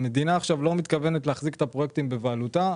כי המדינה לא מתכוונת להחזיק את הפרויקטים בבעלותה.